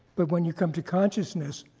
but when you come to consciousness,